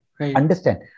Understand